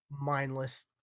mindless